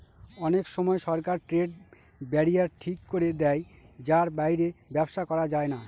অনেক সময় সরকার ট্রেড ব্যারিয়ার ঠিক করে দেয় যার বাইরে ব্যবসা করা যায় না